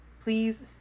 please